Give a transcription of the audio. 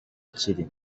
kiri